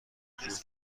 حروف